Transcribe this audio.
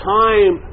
time